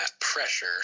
pressure